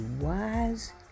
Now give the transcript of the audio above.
wise